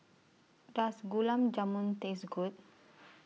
Does Gulab Jamun Taste Good